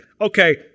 okay